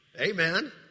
Amen